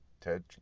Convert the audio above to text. Ted